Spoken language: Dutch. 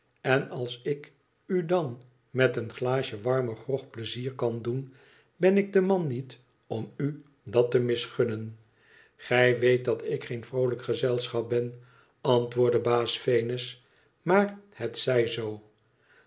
en als ik u dan met een glaasje warmen grog pleizier kan doen ben ik de man niet om u dat te misgunnen gij weet dat ik geen vroolijk gezelschap ben antwoordde baas venus imaar het zij zoo